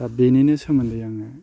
दा बेनिनो सोमोन्दै आङो